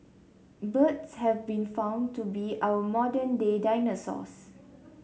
birds have been found to be our modern day dinosaurs